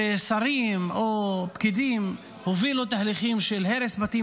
כששרים או פקידים הובילו תהליכים של הרס בתים,